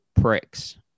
pricks